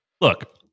Look